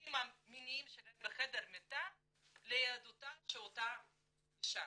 והמשחקים המיניים שלהם בחדר מיטות ליהדותה של אותה אישה?